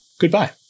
Goodbye